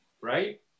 right